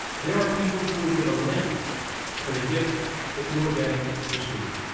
there are people who would give a limb for the gift that you are getting this week.